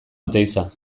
oteiza